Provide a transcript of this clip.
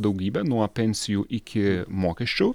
daugybė nuo pensijų iki mokesčių